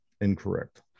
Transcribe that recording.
Incorrect